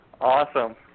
Awesome